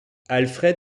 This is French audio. alfred